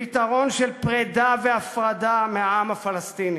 לפתרון של פרידה והפרדה מהעם הפלסטיני,